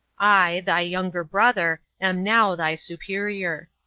i, thy younger brother, am now thy superior.